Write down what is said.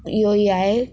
इहो ई आहे